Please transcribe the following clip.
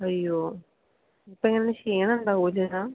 അയ്യോ ഇപ്പം എങ്ങനെ ക്ഷീണം ഉണ്ടാവുവോ ഒരു വിധം